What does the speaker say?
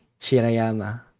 Shirayama